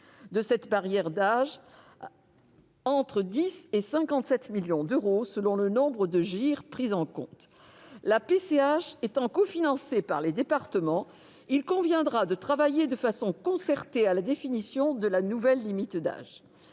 65 ans, entre 10 millions et 57 millions d'euros selon le niveau de GIR pris en compte. La PCH étant cofinancée par les départements, il conviendra de travailler de façon concertée à la définition de la nouvelle limite d'âge.